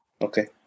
okay